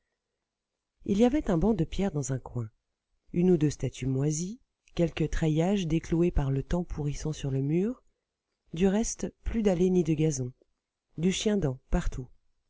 il y avait un banc de pierre dans un coin une ou deux statues moisies quelques treillages décloués par le temps pourrissant sur le mur du reste plus d'allées ni de gazon du chiendent partout